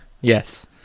Yes